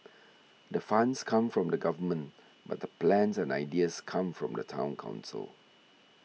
the funds come from the Government but the plans and ideas come from the Town Council